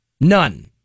None